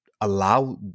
allow